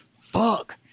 fuck